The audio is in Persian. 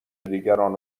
دیگران